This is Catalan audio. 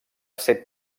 ser